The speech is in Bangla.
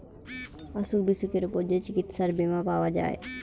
অসুখ বিসুখের উপর যে চিকিৎসার বীমা পাওয়া যায়